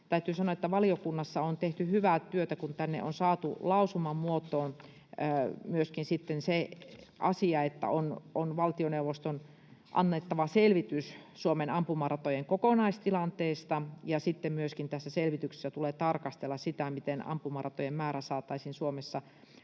täytyy sanoa, että valiokunnassa on tehty hyvää työtä, kun tänne on saatu lausuman muotoon myöskin se asia, että valtioneuvoston on annettava selvitys Suomen ampumaratojen kokonaistilanteesta ja tässä selvityksessä tulee sitten tarkastella myöskin sitä, miten ampumaratojen määrää saataisiin Suomessa lisättyä